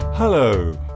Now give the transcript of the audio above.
Hello